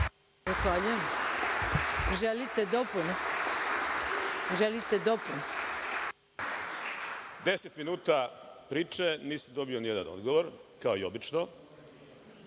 minuta priče, nisam dobio nijedan odgovor, kao i obično,